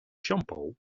shampoo